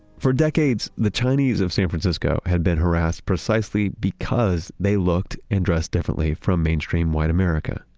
for decades, the chinese of san francisco had been harassed precisely because they looked and dressed differently from mainstream white america.